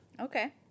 Okay